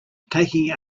taking